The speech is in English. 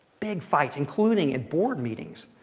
big fights, including at board meetings.